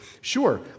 sure